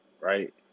Right